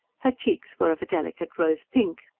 her cheeks were of a delicate rose pink.